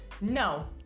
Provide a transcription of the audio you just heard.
No